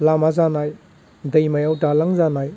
लामा जानाय दैमायाव दालां जानाय